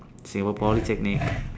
singapore polytechnic